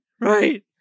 right